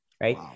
right